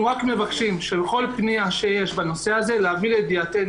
אנחנו רק מבקשים שכל פניה שיש בנושא הזה להביא לידיעתנו,